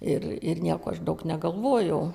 ir ir nieko aš daug negalvojau